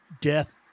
death